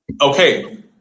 okay